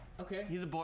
Okay